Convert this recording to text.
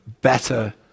better